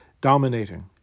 dominating